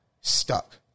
stuck